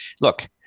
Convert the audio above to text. Look